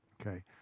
Okay